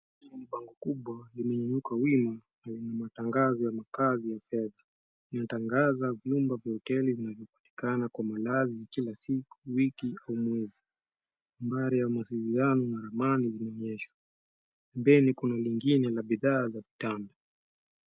Hili ni bango kubwa limenyanyuka wima lenye matangazo ya makazi ya fedha. Inatangaza vyumba vya hoteli vinavyopatikana kwa malazi kila siku, wiki au mwezi. Nambari ya mawasiliano na ramani zinaonyeshwa. Mbele kuna lingine la bidhaa za vitanda.